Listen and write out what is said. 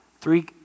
Three